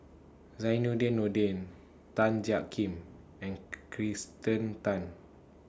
Zainudin Nordin Tan Jiak Kim and Kirsten Tan